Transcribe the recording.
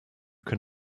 can